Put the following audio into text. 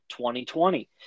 2020